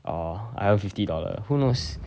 or I earn fifty dollar who knows